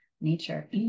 nature